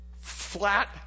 Flat